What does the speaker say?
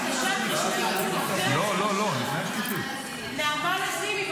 שנייה --- נעמה לזימי,